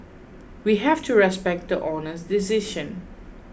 we have to respect the Honour's decision